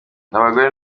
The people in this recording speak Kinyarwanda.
abagore